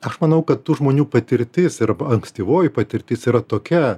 aš manau kad tų žmonių patirtis ir ankstyvoji patirtis yra tokia